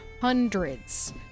hundreds